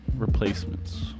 Replacements